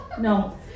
No